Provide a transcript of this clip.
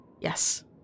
Yes